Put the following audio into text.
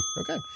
okay